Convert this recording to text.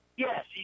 Yes